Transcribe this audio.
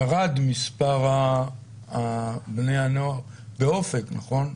ירד מספר בני הנוער באופק, נכון?